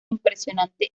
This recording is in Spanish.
impresionante